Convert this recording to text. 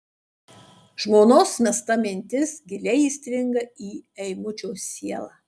žmonos mesta mintis giliai įstringa į eimučio sielą